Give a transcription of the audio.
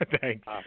Thanks